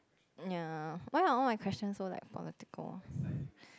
ya why are all my questions so like political